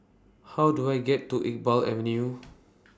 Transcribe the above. How Do I get to Iqbal Avenue